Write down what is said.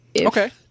okay